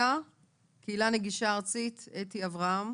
קהילה נגישה ארצית, אתי אברהם.